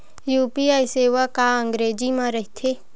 UPI सेवा का अंग्रेजी मा रहीथे?